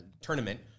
tournament